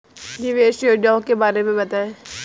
निवेश योजनाओं के बारे में बताएँ?